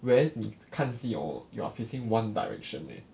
whereas 你看戏 hor you are facing one direction leh